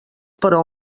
però